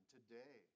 Today